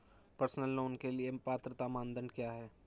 Personal loan के लिए पात्रता मानदंड क्या हैं?